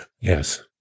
Yes